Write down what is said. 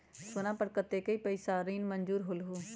सोना पर कतेक पैसा ऋण मंजूर होलहु?